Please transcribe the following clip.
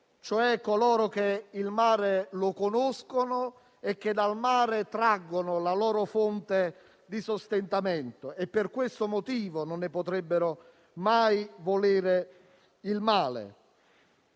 cioè coloro che il mare conoscono e che dal mare traggono la loro fonte di sostentamento. Per questo motivo non ne potrebbero mai volere il male.